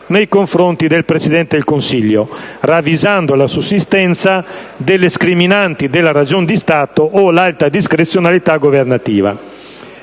nei confronti del Presidente del Consiglio, ravvisando la sussistenza delle scriminanti della ragion di Stato o l'alta discrezionalità governativa